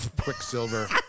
Quicksilver